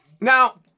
Now